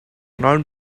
not